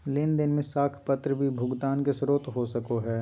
लेन देन में साख पत्र भी भुगतान के स्रोत हो सको हइ